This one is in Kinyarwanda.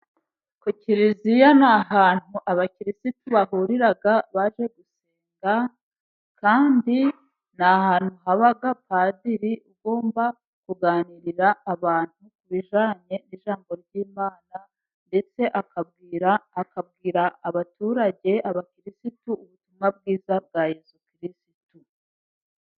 Ku kiliziya ni ahantu abakirisitu bahurira baje gusenga, kandi ni ahantu haba Padiri ugomba kuganirira abantu ku bijanye n'ijambo ry'Imana ndetse akabwira abaturage, abakirisitu ubutumwa bwiza bwa Yezu kiristu.